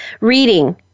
Reading